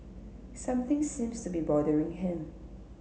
something seems to be bothering him